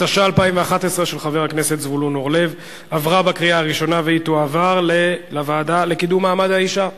התשע"א 2011, לוועדה לקידום מעמד האשה נתקבלה.